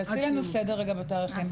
תעשי לנו, בבקשה, סדר בתאריכים.